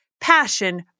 passion